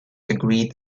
agreed